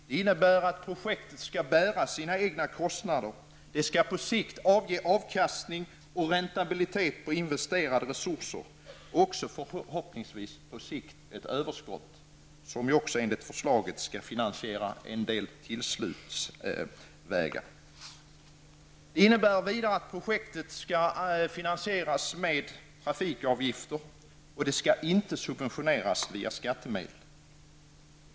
Det innebär att projektet skall bära sina egna kostnader och på sikt ge avkastning och räntabilitet på investerade resurser och också förhoppningsvis på sikt ett överskott, som enligt förslaget skall finansiera en del anslutningsvägar. Det innebär vidare att projektet skall finansieras med trafikavgifter och inte subventioneras via skattemedel.